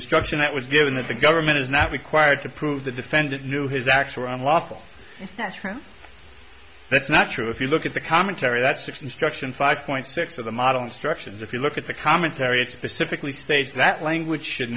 instruction that was given that the government is not required to prove the defendant knew his actual unlawful if that's true that's not true if you look at the commentary that's six instruction five point six of the modern instructions if you look at the commentary it specifically states that language should